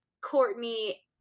Courtney